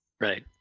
right